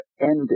ended